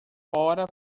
fora